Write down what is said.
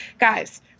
guys